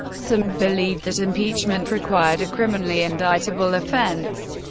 some believed that impeachment required a criminally indictable offense.